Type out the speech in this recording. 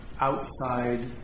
outside